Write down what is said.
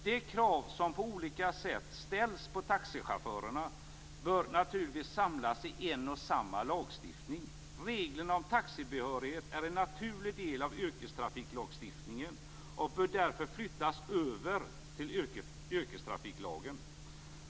De krav som på olika sätt ställs på taxichaufförerna bör naturligtvis samlas i en och samma lagstiftning. Reglerna om taxibehörighet är en naturlig del av yrkestrafiklagstiftningen och bör därför flyttas över till yrkestrafiklagen.